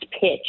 pitch